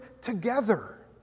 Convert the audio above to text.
together